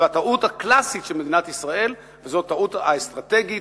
והטעות הקלאסית של מדינת ישראל היא הטעות האסטרטגית,